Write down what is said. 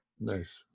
Nice